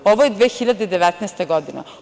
Ovo je 2019. godina.